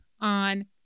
on